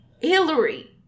Hillary